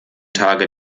tage